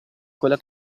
quella